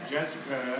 Jessica